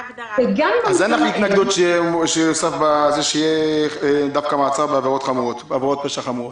אז אין לך התנגדות שנוסיף יהיה דווקא מעצר בעבירות פשע חמורות?